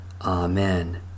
Amen